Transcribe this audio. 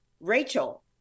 Rachel